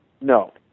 No